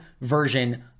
version